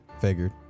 Figured